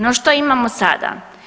No što imamo sada?